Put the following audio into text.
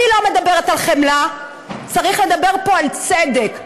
אני לא מדברת על חמלה, צריך לדבר פה על צדק.